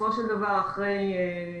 בסופו של דבר, אחרי